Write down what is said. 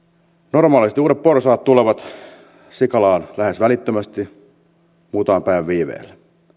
normaalisti uudet porsaat tulevat sikalaan lähes välittömästi muutaman päivän viiveellä